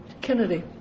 Kennedy